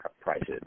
prices